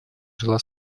жила